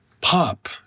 pop